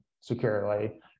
securely